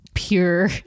pure